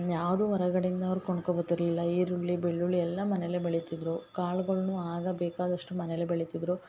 ಯಾವುದೂ ಹೊರಗಡೆಯಿಂದ ಅವರು ಕೊಂಡ್ಕೊ ಬರ್ತಿರ್ಲಿಲ್ಲ ಈರುಳ್ಳಿ ಬೆಳ್ಳುಳ್ಳಿ ಎಲ್ಲ ಮನೇಲೆ ಬೆಳಿತಿದ್ದರು ಕಾಳುಗಳನ್ನೂ ಆಗ ಬೇಕಾದಷ್ಟು ಮನೇಲೆ ಬೆಳಿತಿದ್ದರು